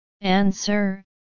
Answer